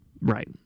Right